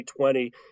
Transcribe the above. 2020